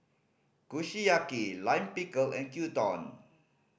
Kushiyaki Lime Pickle and Gyudon